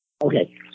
Okay